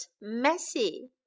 messy